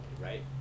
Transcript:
right